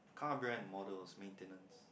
car brand models maintenance